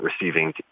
receiving